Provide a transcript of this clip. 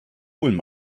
ulm